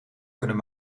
kunnen